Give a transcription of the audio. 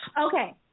Okay